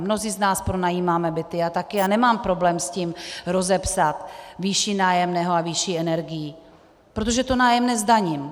Mnozí z nás pronajímáme byty, já taky, a nemám problém s tím rozepsat výši nájemného a výši energií, protože to nájemné zdaním.